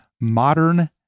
modern